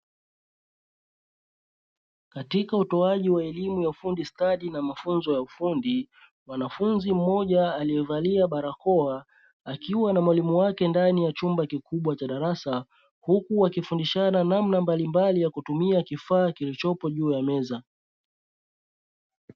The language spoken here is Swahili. Katika utoaji alimu ya ufundi stadi na mafunzo ya ufundi mwanafunzi mmoja aliyevalia barakoa akiwa na mwalimu wake ndani ya chumba kikubwa cha darasa huku wakifundishana namna mbalimbali za kutumia kifaa kilichopo juu ya meza.